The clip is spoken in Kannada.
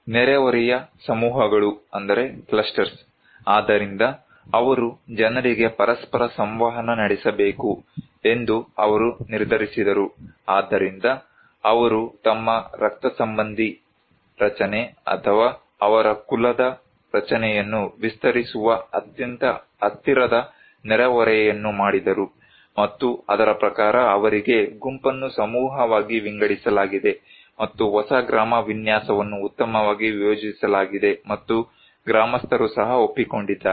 ನೆರೆಹೊರೆಯ ಸಮೂಹಗಳು ಆದ್ದರಿಂದ ಅವರು ಜನರಿಗೆ ಪರಸ್ಪರ ಸಂವಹನ ನಡೆಸಬೇಕು lಎಂದು ಅವರು ನಿರ್ಧರಿಸಿದರು ಆದ್ದರಿಂದ ಅವರು ತಮ್ಮ ರಕ್ತಸಂಬಂಧಿ ರಚನೆ ಅಥವಾ ಅವರ ಕುಲದ ರಚನೆಯನ್ನು ವಿಸ್ತರಿಸುತ್ತಿರುವ ಅತ್ಯಂತ ಹತ್ತಿರದ ನೆರೆಹೊರೆಯನ್ನು ಮಾಡಿದರು ಮತ್ತು ಅದರ ಪ್ರಕಾರ ಅವರಿಗೆ ಗುಂಪನ್ನು ಸಮೂಹವಾಗಿ ವಿಂಗಡಿಸಲಾಗಿದೆ ಮತ್ತು ಹೊಸ ಗ್ರಾಮ ವಿನ್ಯಾಸವನ್ನು ಉತ್ತಮವಾಗಿ ಯೋಜಿಸಲಾಗಿದೆ ಮತ್ತು ಗ್ರಾಮಸ್ಥರು ಸಹ ಒಪ್ಪಿಕೊಂಡಿದ್ದಾರೆ